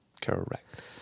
Correct